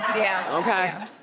yeah. okay.